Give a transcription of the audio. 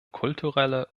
kulturelle